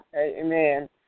amen